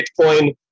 Bitcoin